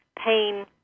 pain